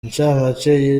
incamake